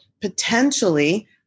potentially